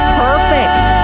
perfect